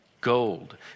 gold